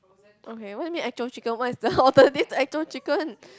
okay what you mean actual chicken what is the alternative to actual chicken